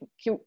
que